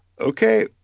Okay